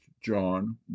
John